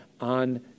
on